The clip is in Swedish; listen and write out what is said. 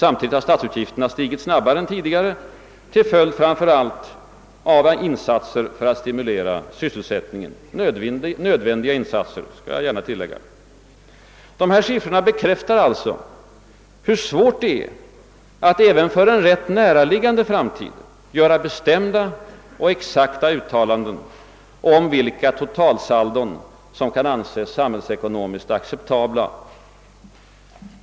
Samtidigt har statsutgifterna stigit snabbare än tidigare, framför allt till följd av insatser för att stimulera sysselsättningen — jag skall gärna tillägga att det varit nödvändiga sådana. Dessa siffror bekräftar alltså, hur svårt det är att även för en rätt näraliggande framtid göra bestämda och exakta uttalanden om vilka totalsaldon som kan anses samhällsekonomiskt acceptabla.